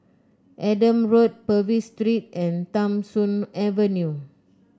Adam Road Purvis Street and Tham Soong Avenue